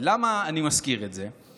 למה אני מזכיר את זה?